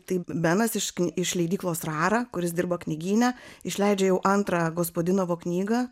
tai benas iš iš leidyklos rara kuris dirba knygyne išleidžia jau antrą gospodinovo knygą